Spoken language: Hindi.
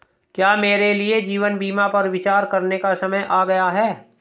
क्या मेरे लिए जीवन बीमा पर विचार करने का समय आ गया है?